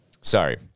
sorry